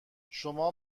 شما